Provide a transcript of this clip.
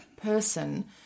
person